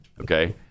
okay